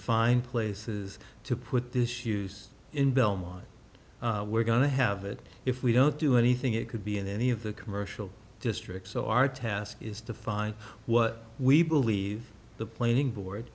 find places to put this used in belmont we're going to have it if we don't do anything it could be in any of the commercial districts so our task is to find what we believe the planning board